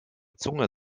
zunge